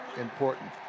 important